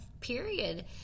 Period